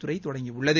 துறை தொடங்கியுள்ளது